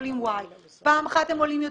עולים Y. פעם אחת הם עולים יותר,